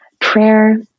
Prayer